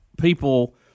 people